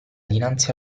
dinanzi